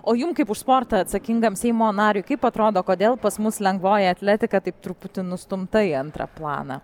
o jum kaip už sportą atsakingam seimo nariui kaip atrodo kodėl pas mus lengvoji atletika taip truputį nustumta į antrą planą